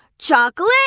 Chocolate